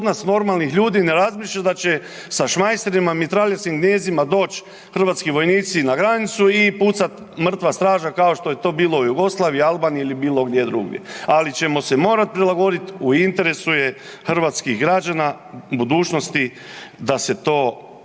od nas normalnih ljudi ne razmišlja da će sa šmajserima, mitraljeskim gnijezdima doć' hrvatski vojnici na granicu i pucat, mrtva straža kao što je to bilo u Jugoslaviji, Albaniji ili bilo gdje drugdje, ali ćemo se morat prilagodit, u interesu je hrvatskih građana, budućnosti da se to